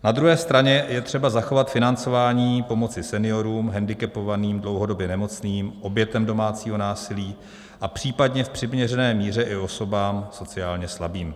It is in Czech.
Na druhé straně je třeba zachovat financování pomoci seniorům, hendikepovaným, dlouhodobě nemocným, obětem domácího násilí a případně v přiměřené míře i osobám sociálně slabým.